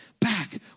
back